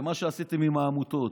למה שעשיתם עם העמותות.